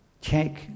Check